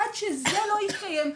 עד שזה לא יתקיים,